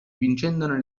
vincendone